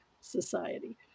society